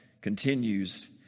continues